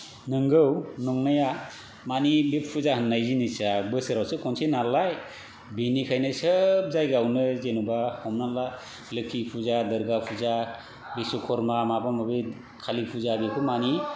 नंगौ नंनाया मानि बे फुजा होनाय जिनिसा बोसोरावसो खनसे नालाय बेनिखायो सोब जायगायावनो जेनबा हमनानै ला लोख्खि फुजा दुर्गा फुजा विस्व करमा माबा माबि कालि फुजा बेखौ मानि